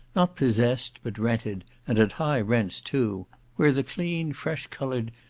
not possessed, but rented, and at high rents too where the clean, fresh-coloured,